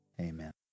Amen